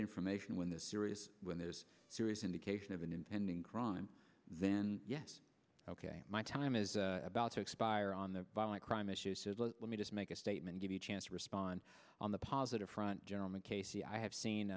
information when the serious when there is serious indication of an impending crime then yes ok my time is about to expire on the crime issues let me just make a statement give a chance to respond on the positive front gentleman casey i have seen